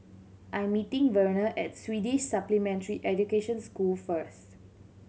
I'm meeting Verner at Swedish Supplementary Education School first